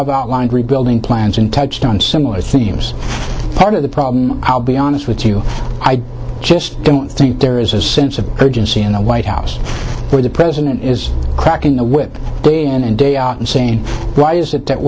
also outlined rebuilding plans and touched on similar themes part of the problem i'll be honest with you i just don't think there is a sense of urgency in the white house or the president is cracking the whip day in and day out and saying why is it that